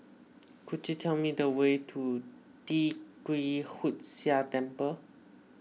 could you tell me the way to Tee Kwee Hood Sia Temple